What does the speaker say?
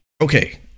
okay